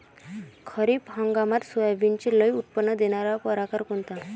खरीप हंगामात सोयाबीनचे लई उत्पन्न देणारा परकार कोनचा?